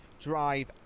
Drive